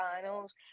finals